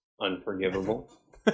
unforgivable